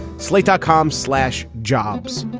slate dot com slash jobs.